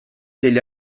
degli